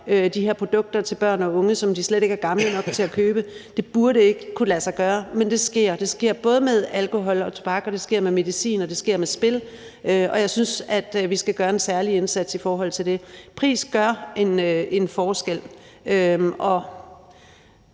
de her produkter til børn og unge, som de slet ikke er gamle nok til at købe. Det burde ikke kunne lade sig gøre, men det sker. Det sker både med alkohol og tobak, det sker med medicin, og det sker med spil, og jeg synes, vi skal gøre en særlig indsats i forhold til det. Prisen gør en forskel,